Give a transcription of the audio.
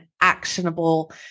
actionable